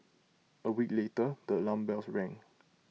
A week later the alarm bells rang